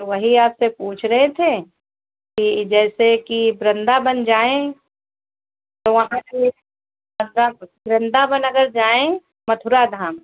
वही आपसे पूछ रहे थे कि जैसे कि वृंदावन जाएँ वहाँ कि वृंदावन अगर जाएँ मथुरा धाम